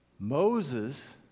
moses